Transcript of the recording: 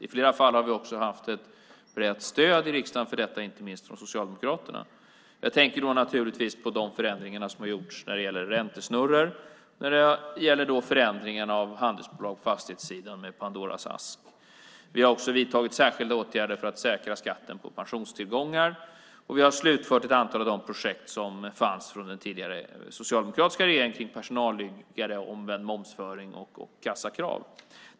I flera fall har vi också haft ett brett stöd i riksdagen för detta, inte minst från Socialdemokraterna. Jag tänker då naturligtvis på de förändringar som har gjorts när det gäller räntesnurror och förändringen av handelsbolag på fastighetssidan med Pandoras ask. Vi har också vidtagit särskilda åtgärder för att säkra skatten på pensionstillgångar, och vi har slutfört ett antal av de projekt som fanns från den tidigare socialdemokratiska regeringen kring personalliggare, omvänd momsföring och kassakrav.